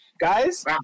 Guys